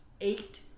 eight